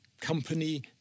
Company